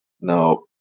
No